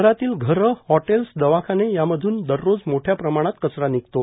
शहरातील घरे हॉटेल्स दवाखाने यामधून दररोज मोठ्या प्रमाणात कचरा निघतो